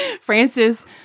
Francis